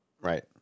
Right